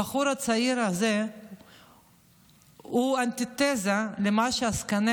הבחור הצעיר הזה הוא אנטיתזה למה שעסקני